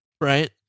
right